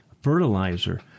fertilizer